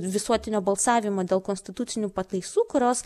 visuotinio balsavimo dėl konstitucinių pataisų kurios